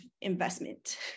investment